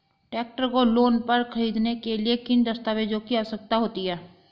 Tractor को loan पर खरीदने के लिए किन दस्तावेज़ों की आवश्यकता होती है?